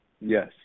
Yes